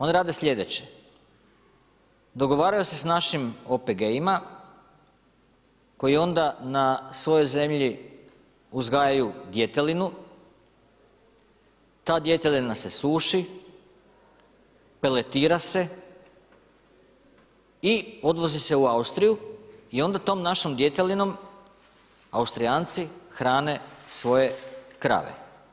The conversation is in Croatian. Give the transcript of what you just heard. Oni rade sljedeće, dogovaraju se s našim OPG-ima, koji onda na svojim zemljama uzgajaju djetelinu, ta djetelina se suši, peletira se i odvozi se u Austriju i onda tom našom djetelinom, Austrijanci hrane svoje krave.